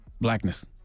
blackness